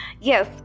yes